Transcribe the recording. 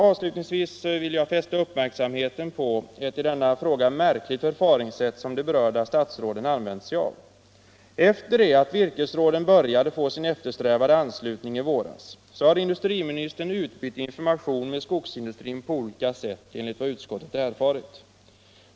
Avslutningsvis vill jag fästa uppmärksamheten på ett i denna fråga märkligt förfaringssätt som de berörda statsråden använt sig av. Efter det att virkesråden började få sin eftersträvade anslutning i våras har industriministern utbytt information med skogsindustrin på olika sätt, enligt vad utskottet erfarit.